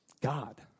God